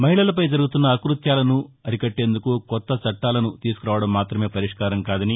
మహిళలపై జరుగుతున్న ఆకృత్యాలను అరికట్టేందుకు కొత్త చట్టాలను తీసుకురావడం మాత్రమే పరిష్కారం కాదని